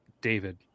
david